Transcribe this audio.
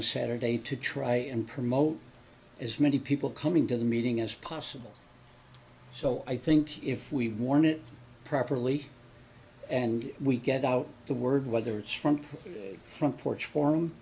a saturday to try and promote as many people coming to the meeting as possible so i think if we've worn it properly and we get out the word whether it's from the front porch for